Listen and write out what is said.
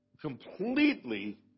completely